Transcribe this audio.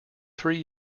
three